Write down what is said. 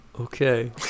Okay